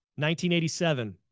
1987